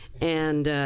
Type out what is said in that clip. and